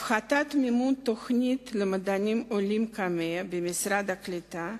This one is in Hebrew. הפחתת מימון תוכנית למדענים עולים במשרד הקליטה,